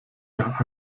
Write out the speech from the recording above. nach